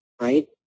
right